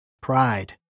Pride